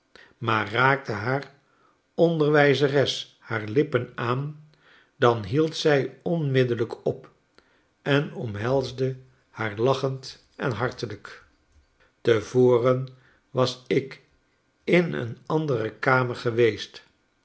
maar raakte haar onderwijzeres haar lippen aan dan hield zy onmiddellijk op en omhelsde haar lachend en hartelijk te voren was ik in een andere kamer geweest